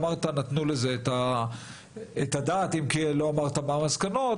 צריכת המים אמרת שנתנו על זה את הדעת אבל לא אמרת מהן המסקנות.